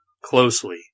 closely